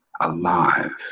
alive